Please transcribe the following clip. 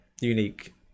unique